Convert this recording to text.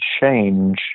change